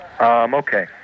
Okay